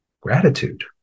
Gratitude